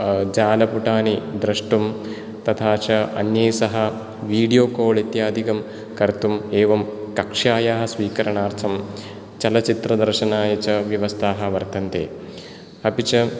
जालपुटानि द्रष्टुं तथा च अन्यैस्सह विडीओ काल इत्यादिकं कर्तुं एवं कक्षायाः स्वीकरणार्थं चलच्चित्र दर्शनाय च व्यवस्थाः वर्तन्ते अपि च